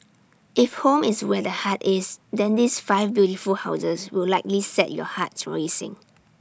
if home is where the heart is then these five beautiful houses will likely set your hearts racing